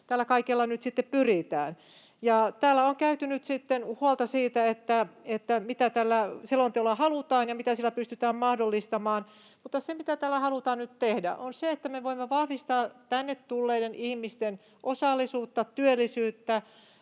tällä kaikella nyt sitten pyritään. Täällä on nyt kannettu huolta siitä, mitä tällä selonteolla halutaan ja mitä sillä pystytään mahdollistamaan. Se, mitä tällä halutaan nyt tehdä, on se, että me voimme vahvistaa tänne tulleiden ihmisten osallisuutta, työllisyyttä,